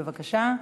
בבקשה,